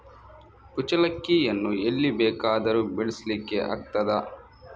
ಕುಚ್ಚಲಕ್ಕಿಯನ್ನು ಎಲ್ಲಿ ಬೇಕಾದರೂ ಬೆಳೆಸ್ಲಿಕ್ಕೆ ಆಗ್ತದ?